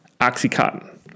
OxyContin